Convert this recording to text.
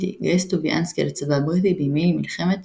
התגייס טוביאנסקי לצבא הבריטי בימי מלחמת